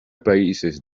países